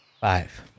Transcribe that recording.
Five